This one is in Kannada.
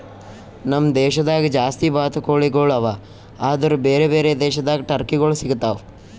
ನಮ್ ದೇಶದಾಗ್ ಜಾಸ್ತಿ ಬಾತುಕೋಳಿಗೊಳ್ ಅವಾ ಆದುರ್ ಬೇರೆ ಬೇರೆ ದೇಶದಾಗ್ ಟರ್ಕಿಗೊಳ್ ಸಿಗತಾವ್